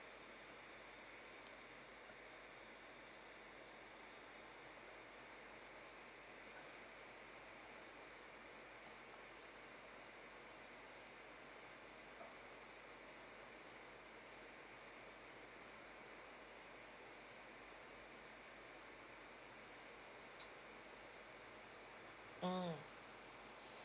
mm